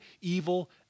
evil